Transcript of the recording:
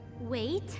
wait